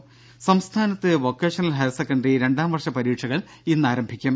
ദേഴ സംസ്ഥാനത്ത് vocational higher secondary രണ്ടാം വർഷ പരീക്ഷകൾ ഇന്ന് ആരംഭിക്കും